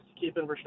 keeping